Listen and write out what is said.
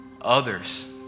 others